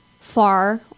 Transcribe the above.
far